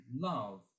love